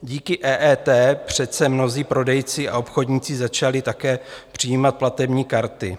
Díky EET přece mnozí prodejci a obchodníci začali také přijímat platební karty.